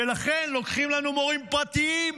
ולכן לוקחים לנו מורים פרטיים.